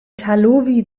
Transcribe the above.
karlovy